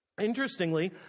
Interestingly